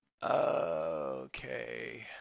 Okay